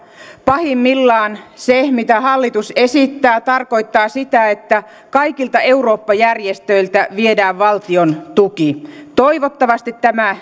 pahimmillaan se mitä hallitus esittää tarkoittaa sitä että kaikilta eurooppa järjestöiltä viedään valtion tuki toivottavasti tämä